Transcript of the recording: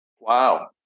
Wow